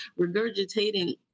regurgitating